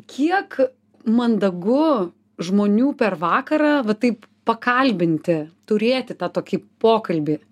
kiek mandagu žmonių per vakarą va taip pakalbinti turėti tą tokį pokalbį